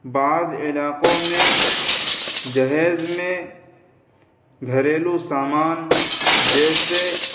بعض علاقوں میں جہیز میں گھریلو سامان جیسے